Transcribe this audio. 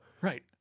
Right